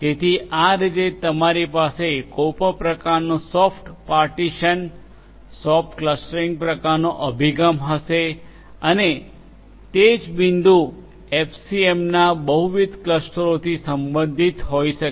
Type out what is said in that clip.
તેથી આ રીતે તમારી પાસે કોઈ પ્રકારનું સોફ્ટ પાર્ટીશન સોફ્ટ ક્લસ્ટરિંગ પ્રકારનો અભિગમ હશે અને તે જ બિંદુ એફસીએમના બહુવિધ ક્લસ્ટરોથી સંબંધિત હોઈ શકે